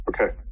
okay